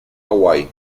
hawaii